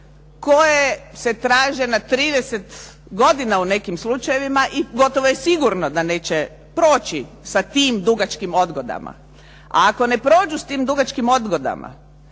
koje se traže na 30 godina u nekim slučajevima i gotovo je sigurno da neće proći sa tim dugačkim odgodama. A ako ne prođu s tim dugačkim odgodama